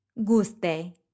guste